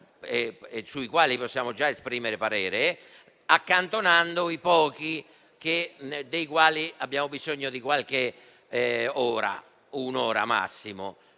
sui quali possiamo già esprimere un parere, accantonando i pochi sui quali abbiamo bisogno di un po' di tempo, massimo